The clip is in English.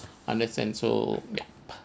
understand so yup